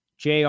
JR